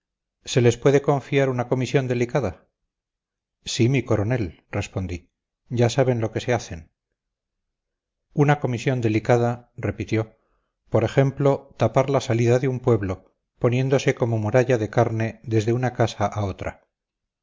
se les puede confiar una comisión delicada sí mi coronel respondí ya saben lo que se hacen una comisión delicada repitió por ejemplo tapar la salida de un pueblo poniéndose como muralla de carne desde una casa a otra